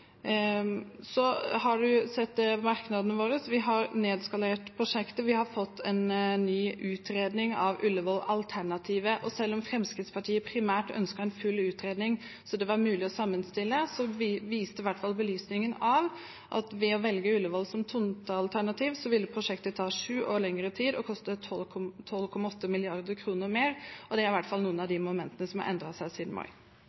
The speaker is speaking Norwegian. så det var mulig å sammenstille, viste i hvert fall belysningen av dette at ved å velge Ullevål som tomtealternativ, ville prosjektet ta syv år lengre tid og koste 12,8 mrd. kr mer. Det er i hvert noen av de momentene som har endret seg siden